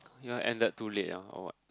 you all ended too late ya or what